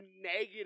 negative